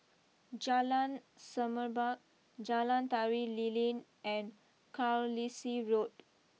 Jalan Semerbak Jalan Tari Lilin and Carlisle Road